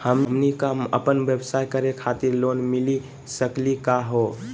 हमनी क अपन व्यवसाय करै खातिर लोन मिली सकली का हो?